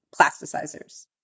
plasticizers